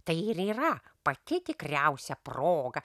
tai ir yra pati tikriausia proga